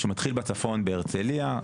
שהוא מתחיל בצפון בהרצליה,